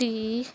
ਦੀ